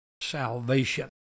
salvation